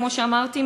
כמו שאמרתי,